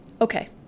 okay